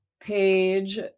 page